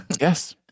yes